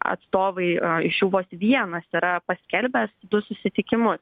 atstovai iš jų vos vienas yra paskelbęs du susitikimus